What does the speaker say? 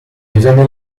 divenne